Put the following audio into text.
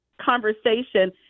conversation